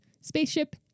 spaceship